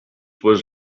was